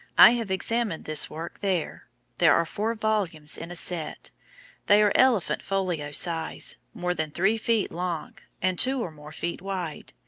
i have examined this work there there are four volumes in a set they are elephant folio size more than three feet long, and two or more feet wide.